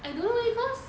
I don't know eh cause